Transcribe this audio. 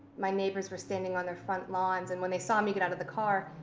my neighbors was standing on their front lawns and when they saw me get out of the car,